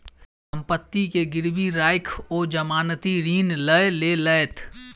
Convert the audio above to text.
सम्पत्ति के गिरवी राइख ओ जमानती ऋण लय लेलैथ